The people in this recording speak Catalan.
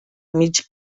mig